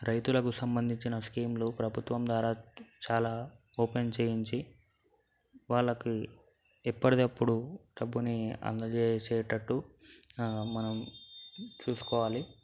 రైతులకు సంబంధించిన స్కీములు ప్రభుత్వం ద్వారా చాలా ఓపెన్ చేయించి వాళ్ళకి ఎప్పడికప్పుడు డబ్బుని అందజేసేటట్టు మనం చూసుకోవాలి